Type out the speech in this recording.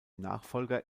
nachfolger